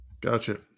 Gotcha